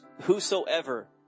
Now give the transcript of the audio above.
whosoever